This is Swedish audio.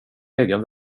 egen